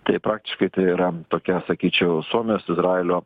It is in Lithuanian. tai praktiškai yra tokia sakyčiau suomijos izraelio